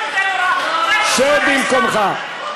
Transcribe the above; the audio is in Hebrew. שב במקומך.